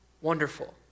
Wonderful